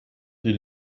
die